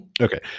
Okay